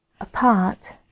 Apart